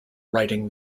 writing